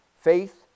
faith